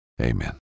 amen